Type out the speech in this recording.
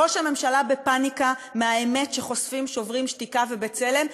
ראש הממשלה בפאניקה מהאמת שחושפים "שוברים שתיקה" ו"בצלם",